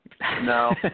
No